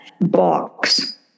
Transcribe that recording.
box